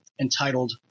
entitled